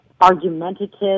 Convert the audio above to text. argumentative